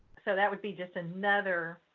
so that would be just another